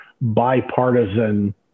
bipartisan